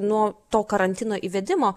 nuo to karantino įvedimo